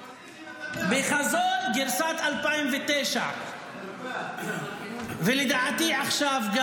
בחזון גרסת 2009 ולדעתי גם עכשיו,